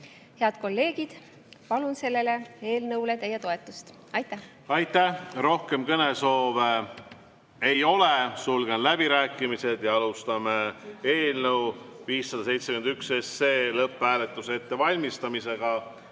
Head kolleegid, palun sellele eelnõule teie toetust. Aitäh! Aitäh! Rohkem kõnesoove ei ole, sulgen läbirääkimised. Alustame eelnõu 571 lõpphääletuse ettevalmistamis.